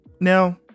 now